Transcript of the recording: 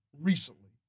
recently